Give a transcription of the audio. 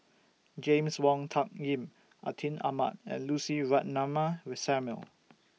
James Wong Tuck Yim Atin Amat and Lucy Ratnammah Samuel